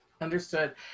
Understood